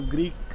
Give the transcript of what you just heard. Greek